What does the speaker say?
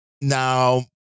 now